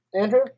Andrew